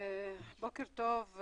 בוקר טוב,